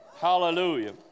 Hallelujah